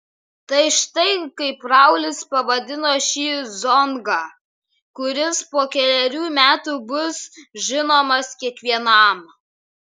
tai štai kaip raulis pavadino šį zongą kuris po kelerių metų bus žinomas kiekvienam